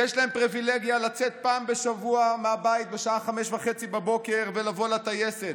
יש להם פריבילגיה לצאת פעם בשבוע מהבית בשעה 05:30 ולבוא לטייסת,